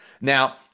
Now